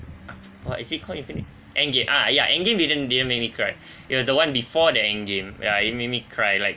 what is it called infini~ end game ah yeah end game didn't didn't make me cry it was the one before the end game ya it made me cry like